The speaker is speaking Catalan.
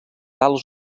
ales